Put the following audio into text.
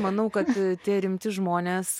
manau kad tie rimti žmonės